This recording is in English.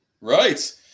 right